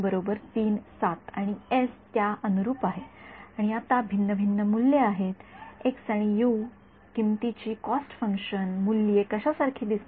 बद्दल जेथे सत्य आहे आणि त्या अनुरूप आहे आणि आता भिन्न भिन्न मूल्ये आहेत आणि किंमतीची कॉस्ट फंक्शन मूल्ये कशासारखे दिसते